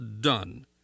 done